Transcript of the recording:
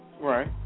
Right